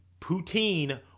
poutine